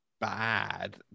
bad